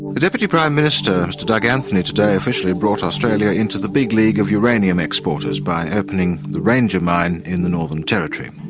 the deputy prime minister mr doug anthony today officially brought australia into the big league of uranium exporters by opening the ranger mine in the northern territory.